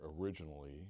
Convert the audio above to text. originally